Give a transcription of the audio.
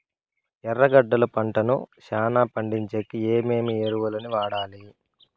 ఎర్రగడ్డలు పంటను చానా పండించేకి ఏమేమి ఎరువులని వాడాలి?